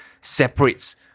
separates